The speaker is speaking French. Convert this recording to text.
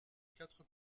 quatre